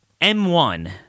M1